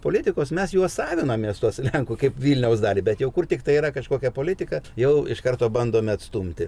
politikos mes juos savinamės tuos lenkų kaip vilniaus dalį bet jau kur tiktai yra kažkokia politika jau iš karto bandome atstumti